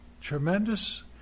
tremendous